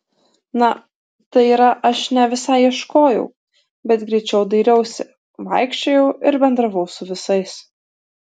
na tai yra aš ne visai ieškojau bet greičiau dairiausi vaikščiojau ir bendravau su visais